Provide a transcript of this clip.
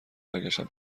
برگشتم